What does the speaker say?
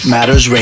Matters